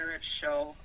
Show